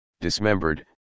dismembered